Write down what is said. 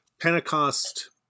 Pentecost